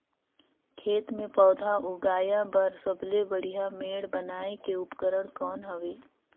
खेत मे पौधा उगाया बर सबले बढ़िया मेड़ बनाय के उपकरण कौन हवे?